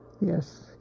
Yes